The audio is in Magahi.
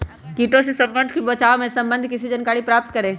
किटो से बचाव के सम्वन्ध में किसी जानकारी प्राप्त करें?